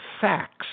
facts